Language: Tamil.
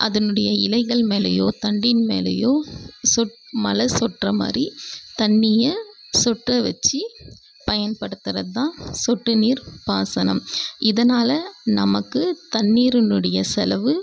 அதனுடைய இலைகள் மேலேயோ தண்டின் மேலேயோ சொட் மழை சொட்டுற மாதிரி தண்ணியை சொட்ட வச்சு பயன்படுத்துகிறது தான் சொட்டு நீர் பாசனம் இதனால் நமக்கு தண்ணீரினுடைய செலவு